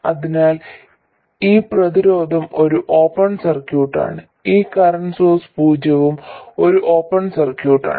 അതിനാൽ ഈ പ്രതിരോധം ഒരു ഓപ്പൺ സർക്യൂട്ടാണ് ഈ കറന്റ് സോഴ്സ് പൂജ്യവും ഒരു ഓപ്പൺ സർക്യൂട്ടാണ്